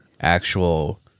actual